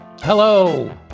hello